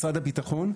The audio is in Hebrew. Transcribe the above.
משרד הביטחון,